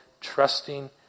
trusting